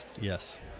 Yes